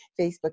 Facebook